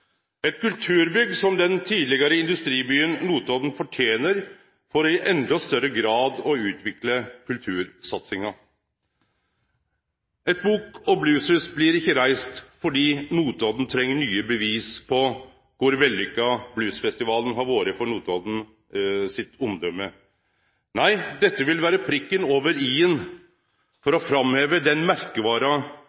eit kulturbygg som den tidlegare industribyen Notodden fortener for i endå større grad å utvikle kultursatsinga. Eit bok- og blueshus blir ikkje reist fordi Notodden treng nye bevis på kor vellykka bluesfestivalen har vore for Notodden sitt omdømme. Nei, dette vil vere prikken over i-en for